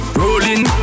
rolling